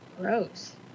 Gross